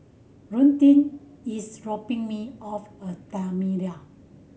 Daunte is dropping me off a Madeira